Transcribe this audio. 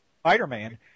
Spider-Man